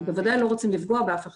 ובוודאי לא רוצים לפגוע באף אחד.